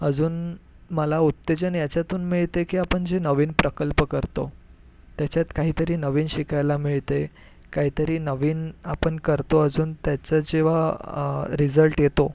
अजून मला उत्तेजन ह्याच्यातून मिळते की आपण जे नवीन प्रकल्प करतो त्याच्यात काहीतरी नवीन शिकायला मिळते काहीतरी नवीन आपण करतो अजून त्याचं जेव्हा रिझल्ट येतो